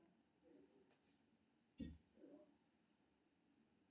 ई सामाजिक सुरक्षाक रूप मे काज करै छै